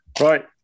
Right